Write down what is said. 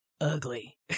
ugly